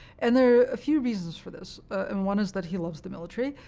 and there are a few reasons for this. and one is that he loves the military.